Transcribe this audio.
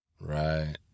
Right